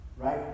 right